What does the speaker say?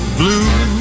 blue